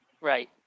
Right